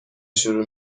شروع